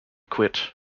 quit